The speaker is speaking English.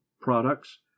products